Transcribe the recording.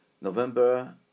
November